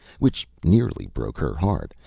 which nearly broke her heart,